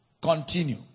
continue